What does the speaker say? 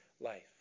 life